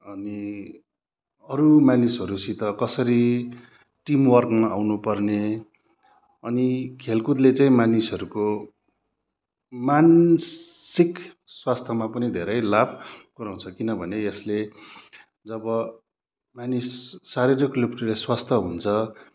अनि अरू मानिसहरूसित कसरी टिमवर्क आउनु पर्ने अनि खेलकुदले चाहिँ मानिसहरूको मानसिक स्वास्थ्यमा पनि धेरै लाभ पुऱ्याउँछ किनभने यसले जब मानिस शारीरिक रूपले स्वस्थ हुन्छ